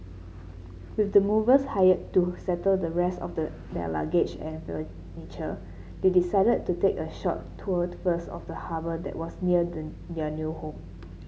with the movers hired to settle the rest of the their luggage and furniture they decided to take a short tour first of the harbour that was near their new home